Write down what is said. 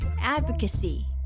advocacy